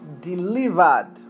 delivered